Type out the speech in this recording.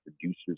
producers